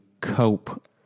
cope